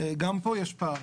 גם פה יש פער.